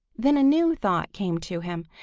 then a new thought came to him.